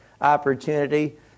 opportunity